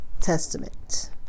Testament